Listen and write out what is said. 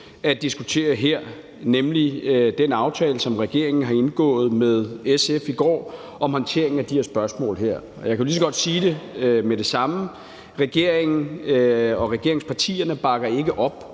at diskutere her, nemlig den aftale, som regeringen i går har indgået med SF om håndteringen af de her spørgsmål. Og jeg kan lige så godt sige med det samme, at regeringen og regeringspartierne ikke bakker op